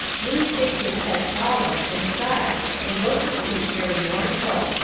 looey shakes his head solemn and sighs and goes to sleep very mournful,